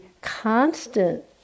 constant